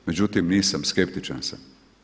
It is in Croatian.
Međutim nisam, skeptičan sam.